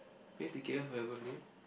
went to k_l for your birthday